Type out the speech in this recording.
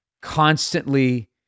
constantly